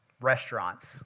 restaurants